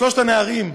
שלושת הנערים.